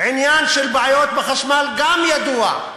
עניין של בעיות בחשמל גם ידוע,